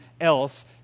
else